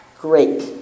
great